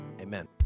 Amen